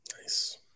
Nice